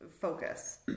focus